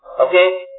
Okay